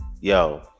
Yo